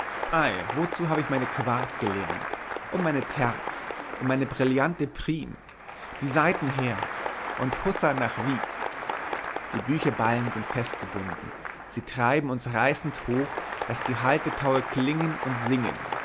wozu habe ich meine quart gelernt und meine terz und meine brillante prim die saiten her und hussa nach wiek die bücherballen sind festgebunden sie treiben uns reißend hoch daß die haltetaue klingen und singen